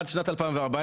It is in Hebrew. עד שנת 2014,